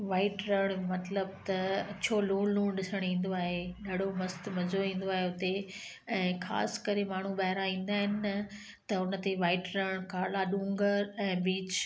white Rann मतिलबु त अच्छो लूणु लूणु ॾिसणु ईंदो आहे ॾाढो मस्तु मज़ो ईंदो आहे उते ऐं ख़ासिकरे माण्हू ॿाहिरां ईंदा आहिनि न त उनते वाइट रण खां काला डूंगर ऐं बीच